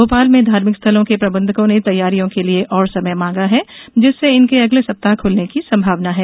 भोपाल में धार्मिक स्थलों के प्रबंधकों ने तैयारियों के लिए और समय मांगा है जिससे इनके अगले सप्ताह खुलने की संभावना है